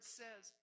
says